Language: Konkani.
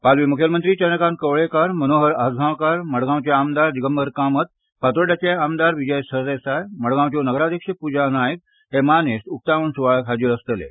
पालवी मुखेलमंत्री चंद्रकांत कवळेकार मनोहर आजगावकार मडगावचे आमदार दिगंबर कामत फातोर्डाचे आमदार विजय सरदेसाय मडगावच्यो नगराध्यक्ष पूजा नायक हे मानेस्त उक्तावण सुवाळ्याक हाजीर आसतलें